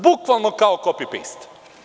Bukvalno kao „kopi-pejst“